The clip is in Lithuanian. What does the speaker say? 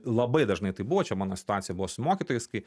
labai dažnai taip buvo čia mano situacija buvo su mokytojais kai